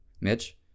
Mitch